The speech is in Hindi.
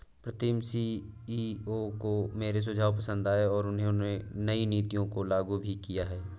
प्रीतम सी.ई.ओ को मेरे सुझाव पसंद आए हैं और उन्होंने नई नीतियों को लागू भी किया हैं